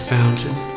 Fountain